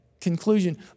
conclusion